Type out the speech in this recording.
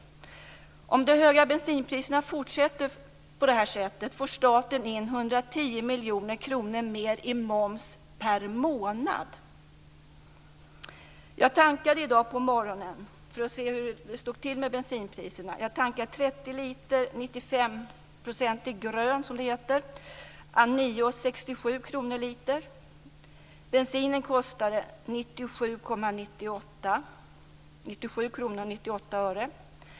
Om bensinpriserna fortsätter att vara lika höga får staten in 110 miljoner kronor mer i moms per månad. Jag tankade i dag på morgonen för att se hur det stod till med bensinpriserna. Jag tankade 30 liter 95 procentig grön, som det heter, à 9:67 kr litern. Bensinen kostade 97:98 kr.